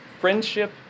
friendship